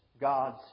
God's